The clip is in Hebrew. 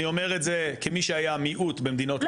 אני אומר את זה כמי שהיה מיעוט במדינות לאום